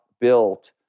built